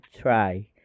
try